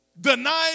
denying